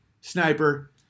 sniper